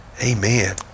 Amen